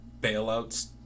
bailouts